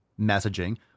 messaging